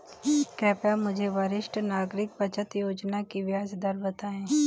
कृपया मुझे वरिष्ठ नागरिक बचत योजना की ब्याज दर बताएं